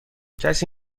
کسی